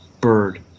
Bird